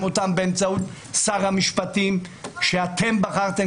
בחרתם אותם באמצעות שר המשפטים שאתם בחרתם